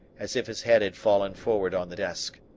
as if his head had fallen forward on the desk.